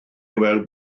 weld